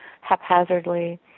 haphazardly